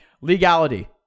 Legality